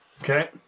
Okay